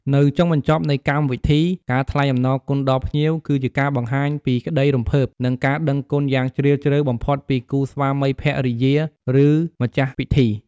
នៅចុងបញ្ចប់នៃកម្មវិធី ការថ្លែងអំណរគុណដល់ភ្ញៀវ គឺជាការបង្ហាញពីក្តីរំភើប និងការដឹងគុណយ៉ាងជ្រាលជ្រៅបំផុតពីគូស្វាមីភរិយា ឬម្ចាស់ពិធី។